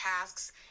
tasks